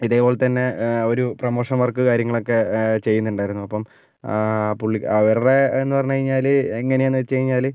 ഇതേപോലെത്തന്നെ ഒരു promotion work കാര്യങ്ങളൊക്കെ ചെയ്യുന്നുണ്ടായിരുന്നു അപ്പം ആ പുള്ളി അവരുടെ എന്ന് പറഞ്ഞ് കഴിഞ്ഞാല് എങ്ങനെയാന്ന് വച്ച് കഴിഞ്ഞാല്